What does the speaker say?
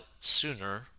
sooner